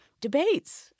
debates